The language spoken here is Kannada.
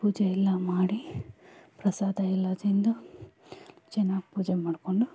ಪೂಜೆ ಎಲ್ಲ ಮಾಡಿ ಪ್ರಸಾದ ಎಲ್ಲ ತಿಂದು ಚೆನ್ನಾಗ್ ಪೂಜೆ ಮಾಡಿಕೊಂಡು